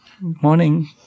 Morning